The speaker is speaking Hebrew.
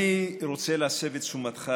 אני רוצה להסב את תשומת ליבך,